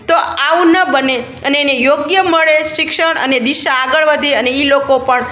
તો આવું ન બને અને એને યોગ્ય મળે શિક્ષણ અને દિશા આગળ વધે અને એ લોકો પણ